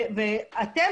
אגב,